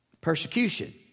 persecution